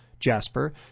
Jasper